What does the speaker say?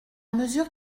mesure